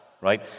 Right